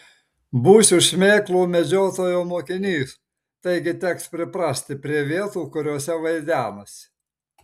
būsiu šmėklų medžiotojo mokinys taigi teks priprasti prie vietų kuriose vaidenasi